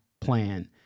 plan